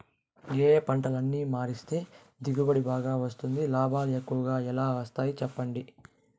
ఏ ఏ పంటలని మారిస్తే దిగుబడి బాగా వస్తుంది, లాభాలు ఎక్కువగా ఎలా వస్తాయి సెప్పండి